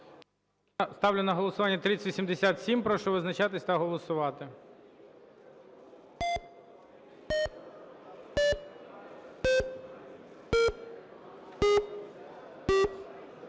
Ставлю на голосування 3087. Прошу визначатись та голосувати.